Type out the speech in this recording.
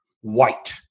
White